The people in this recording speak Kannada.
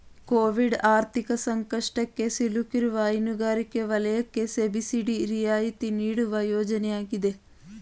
ಕೋವಿಡ್ ಆರ್ಥಿಕ ಸಂಕಷ್ಟಕ್ಕೆ ಸಿಲುಕಿರುವ ಹೈನುಗಾರಿಕೆ ವಲಯಕ್ಕೆ ಸಬ್ಸಿಡಿ ರಿಯಾಯಿತಿ ನೀಡುವ ಯೋಜನೆ ಆಗಿದೆ